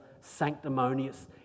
sanctimonious